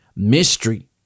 mystery